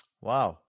Wow